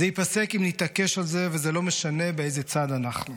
זה ייפסק אם נתעקש על זה וזה לא משנה באיזה צד אנחנו.